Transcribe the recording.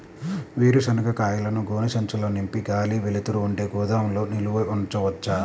వేరుశనగ కాయలను గోనె సంచుల్లో నింపి గాలి, వెలుతురు ఉండే గోదాముల్లో నిల్వ ఉంచవచ్చా?